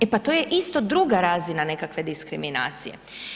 E pa to je isto druga razina nekakve diskriminacije.